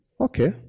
Okay